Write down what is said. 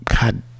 god